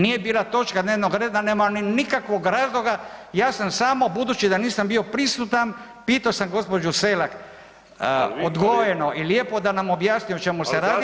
Nije bila točka dnevnoga reda, nema ni nikakvog razloga, ja sam samo budući da nisam bio prisutan pito sam gđu. Selak odgojeno i lijepo da nam objasni o čemu se radi